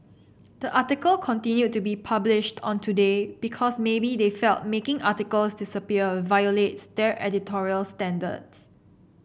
the article continued to be published on today because maybe they felt making articles disappear violates their editorial standards